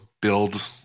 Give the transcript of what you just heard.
build